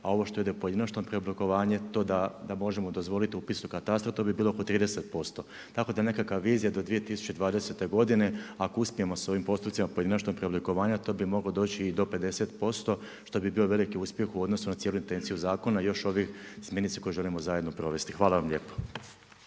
a ovo što ide pojedinačno preoblikovanje to da možemo dozvoliti upis u katastar to bi bilo oko 30%. Tako da nekakva vizija do 2020. godine ako uspijemo sa ovim postupcima pojedinačnog preoblikovanja to bi moglo doći i do 50%, što bi bio veliki uspjeh u odnosu na cijelu intenciju zakona i još ovi smjernice koje želimo zajedno provesti. Hvala vam lijepo.